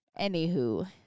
Anywho